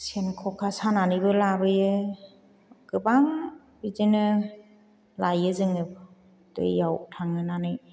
सेन ख'खा सानानैबो लाबोयो गोबां बिदिनो लायो जोङो दैयाव थांनानै